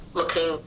looking